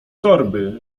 torby